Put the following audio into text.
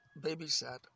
babysat